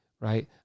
right